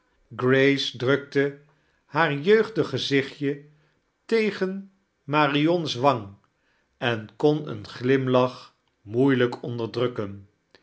grace drukte haar jeugdig gezichtje tegen marion's wang en kon eem glimlach moeilijk onderdrukken